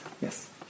yes